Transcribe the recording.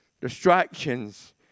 distractions